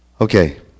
okay